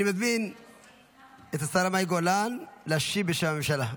אני מזמין את השרה מאי גולן להשיב בשם הממשלה.